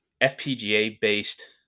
FPGA-based